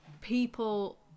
people